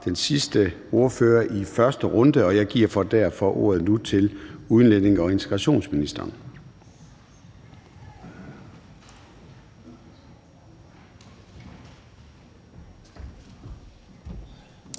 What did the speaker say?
den sidste ordfører i første runde. Jeg giver derfor nu ordet til udlændinge- og integrationsministeren.